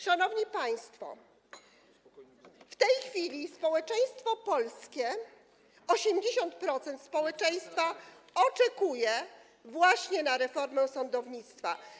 Szanowni państwo, w tej chwili społeczeństwo polskie, 80% społeczeństwa oczekuje właśnie na reformę sądownictwa.